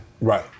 Right